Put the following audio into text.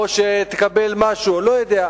או שתקבל משהו, אני לא יודע.